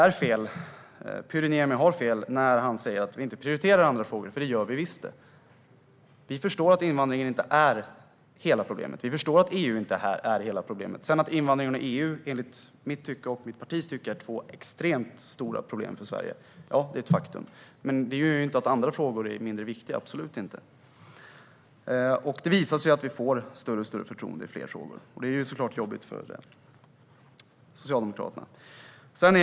Pyry Niemi har fel när han säger att vi inte prioriterar andra frågor. Det gör vi visst. Vi förstår att invandringen inte är hela problemet. Vi förstår att EU inte är hela problemet. Att invandringen och EU sedan, enligt mitt och mitt partis tycke, är två extremt stora problem är ett faktum, men det gör absolut inte andra frågor mindre viktiga. Det visar sig att vi får allt större förtroende i fler frågor, och det är såklart jobbigt för Socialdemokraterna.